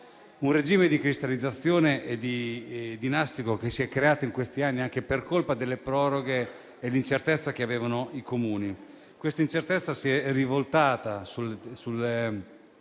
Un regime di cristallizzazione dinastico che si è creato in questi anni anche per colpa delle proroghe e dell'incertezza che avevano i Comuni. Questa incertezza si è rivoltata contro